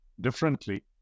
differently